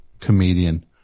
comedian